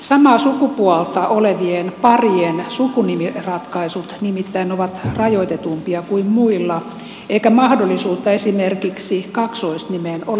samaa sukupuolta olevien parien sukunimiratkaisut nimittäin ovat rajoitetumpia kuin muilla eikä mahdollisuutta esimerkiksi kaksoisnimeen ole lainkaan